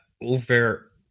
over